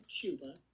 Cuba